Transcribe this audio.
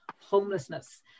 homelessness